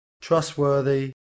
Trustworthy